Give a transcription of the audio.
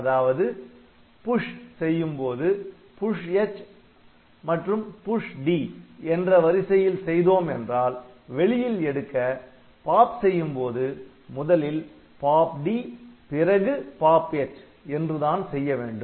அதாவது புஷ் செய்யும்போது PUSH H மற்றும் PUSH D என்ற வரிசையில் செய்தோம் என்றால் வெளியில் எடுக்க பாப் செய்யும்போது முதலில் POP D பிறகு POP H என்று தான் செய்ய வேண்டும்